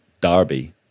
Derby